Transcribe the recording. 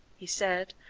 he said,